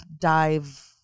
dive